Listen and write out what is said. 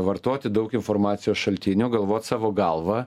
vartoti daug informacijos šaltinių galvot savo galva